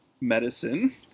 medicine